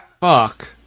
Fuck